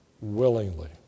willingly